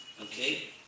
Okay